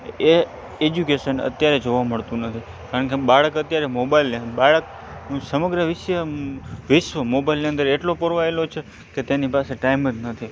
એ education અત્યારે જોવા મળતું નથી કારણ કે બાળક અત્યારે મોબાઈલ લઈ બાળકનું સમગ્ર વિશ્ય વિશ્વ મોબાઈલની અંદર એટલું પરોવાયેલું છે કે તેની પાસે ટાઈમ જ નથી